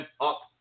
up